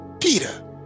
Peter